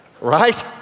Right